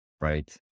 right